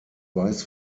weiß